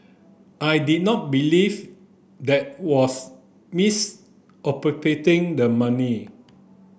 I did not believe that was misappropriating the money